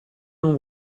non